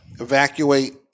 evacuate